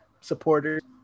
supporters